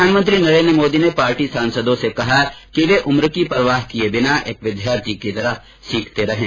प्रधानमंत्री नरेन्द्र मोदी ने पार्टी सांसदों से कहा कि वे उम्र की परवाह किए बिना एक विद्यार्थी की तरह सीखते रहें